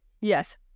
Yes